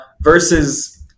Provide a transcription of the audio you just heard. versus